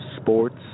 sports